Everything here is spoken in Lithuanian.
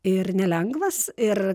ir nelengvas ir